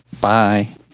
Bye